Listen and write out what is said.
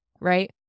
right